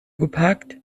geparkt